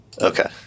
Okay